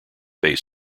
based